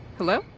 hello?